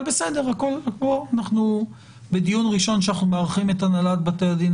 אנחנו בדיון ראשון שאנחנו מארחים את הנהלת בתי הדין